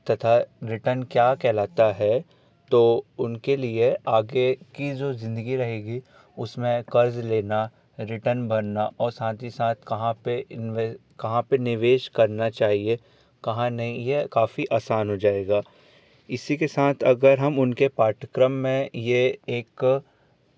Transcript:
तथा रिटर्न क्या कहलता है तो उनके लिए आगे की जो जिंदगी रहगी उसमें कर्ज लेना रिटर्न भरना और साथ ही साथ कहाँ पे कहाँ पे निवेश करना चाहिए कहाँ नहीं ये काफ़ी असान हो जाएगा इसी के साथ अगर हम उनके पाठ्यक्रम में ये एक